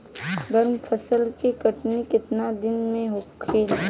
गर्मा फसल के कटनी केतना दिन में होखे?